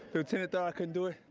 lieutenant thought i couldn't do it.